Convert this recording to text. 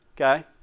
okay